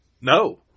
no